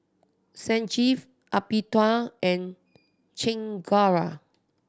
Sanjeev Amitabh and Chengara